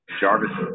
Jarvis